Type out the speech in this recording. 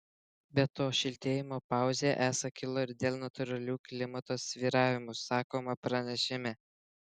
be to šiltėjimo pauzė esą kilo ir dėl natūralių klimato svyravimų sakoma pranešime